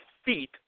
Feet